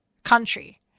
country